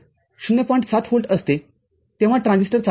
७ volt असते तेव्हा transistor चालू होतो